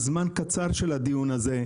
הזמן של הדיון הזה קצר.